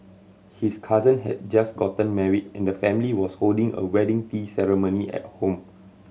his cousin had just gotten married and the family was holding a wedding tea ceremony at home